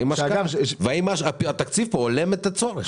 והאם התקציב פה הולם את הצורך.